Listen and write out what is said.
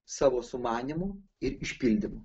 savo sumanymu ir išpildymu